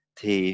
thì